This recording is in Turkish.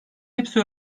hepsi